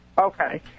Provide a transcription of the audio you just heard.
Okay